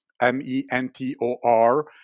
m-e-n-t-o-r